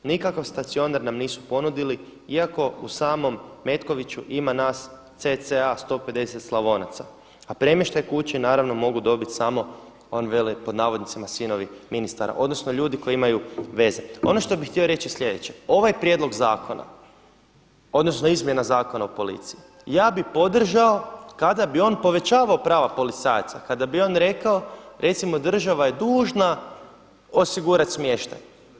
Nikakav stacionar nam nisu ponudili iako u samom Metkoviću ima nas cca 150 Slavonaca, a premještaj kući naravno mogu dobit samo oni vele pod navodnicima „sinovi ministara“, odnosno ljudi koji imaju veze.“ Ono što bih htio reći je sljedeće ovaj prijedlog zakona, odnosno izmjena Zakona o policiji ja bih podržao kada bi on povećavao prava policajaca, kada bi on rekao recimo država je dužna osigurati smještaj.